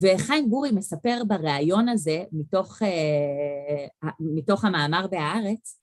וחיים גורי מספר בראיון הזה מתוך המאמר בהארץ